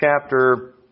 chapter